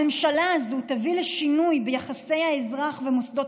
הממשלה הזאת תביא לשינוי ביחסי האזרח ומוסדות